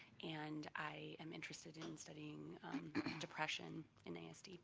and i am interested in studying depression in asd.